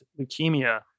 leukemia